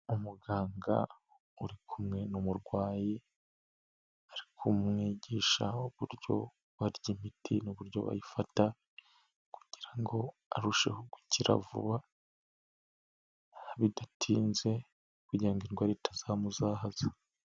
Umuganga uri kumwe n'umurwayi, arikumwigisha uburyo barya imiti, n'uburyo bayifata kugira ngo arusheho gukira vuba bidatinze, kugiraga ingwara ita zamuzahaza.